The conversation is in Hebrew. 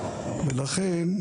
לכן,